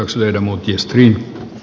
värderade talman